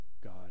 God